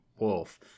Wolf